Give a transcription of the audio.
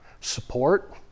support